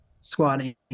squatting